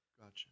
Gotcha